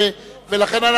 אדוני,